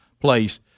place